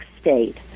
State